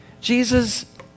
Jesus